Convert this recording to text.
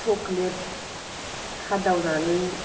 chocolate खादावनानै